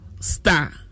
star